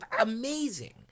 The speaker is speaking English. amazing